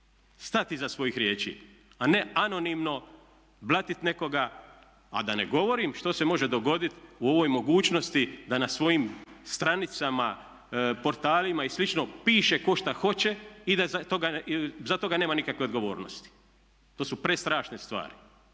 stat iza svojih riječi, a ne anonimno blatit nekoga a da ne govorim što se može dogoditi u ovoj mogućnosti da na svojim stranicama, portalima i slično piše tko šta hoće i za toga nema nikakve odgovornosti. To su prestrašne stvari,